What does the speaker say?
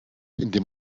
indem